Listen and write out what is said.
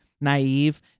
naive